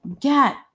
get